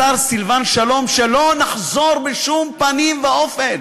השר סילבן שלום, שלא נחזור בשום פנים ואופן